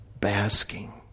Basking